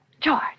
George